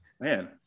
Man